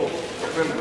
בואו, נטפל בזה.